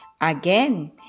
Again